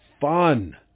fun